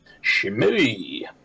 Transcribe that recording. Shimmy